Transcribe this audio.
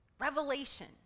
revelation